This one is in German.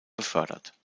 befördert